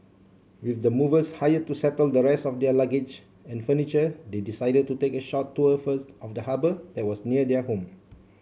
with the movers hired to settle the rest of their luggage and furniture they decided to take a short tour first of the harbour that was near their home